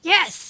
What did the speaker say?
Yes